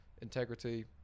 Integrity